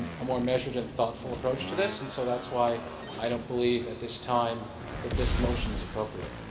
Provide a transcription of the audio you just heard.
a more measured and thoughtful approach to this and so that's why i don't believe at this time that this motion is appropriate.